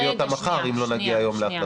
היא תצטרך להביא אותה מחר אם לא נגיע היום להחלטות.